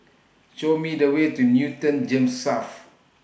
Show Me The Way to Newton Gems South